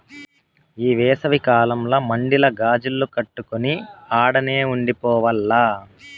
ఈ ఏసవి కాలంల మడిల గాజిల్లు కట్టుకొని ఆడనే ఉండి పోవాల్ల